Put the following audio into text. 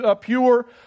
pure